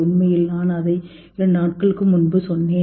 உண்மையில் நான் அதை இரண்டு நாட்களுக்கு முன்பு சொன்னேன்